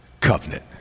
covenant